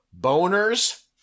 boners